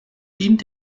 dient